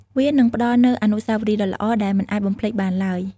វានឹងផ្តល់នូវអនុស្សាវរីយ៍ដ៏ល្អដែលមិនអាចបំភ្លេចបានឡើយ។